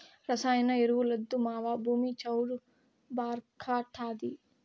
రసాయన ఎరువులొద్దు మావా, భూమి చౌడు భార్డాతాది